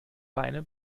beine